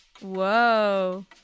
Whoa